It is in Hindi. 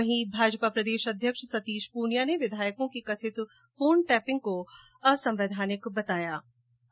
वहीं भाजपा प्रदेश अध्यक्ष सतीश पूनिया ने विधायकों की कथित फोन टेपिंग को असंवैधानिक बताया है